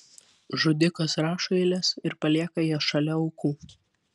žudikas rašo eiles ir palieka jas šalia aukų